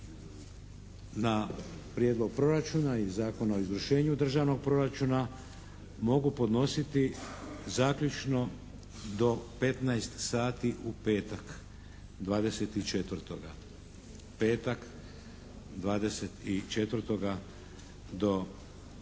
na Prijedlog proračuna i Zakon o izvršenju državnog proračuna mogu podnositi zaključno do 15 sati u petak, 24. Petak 24. do 15